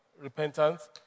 repentance